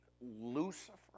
Lucifer